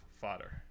fodder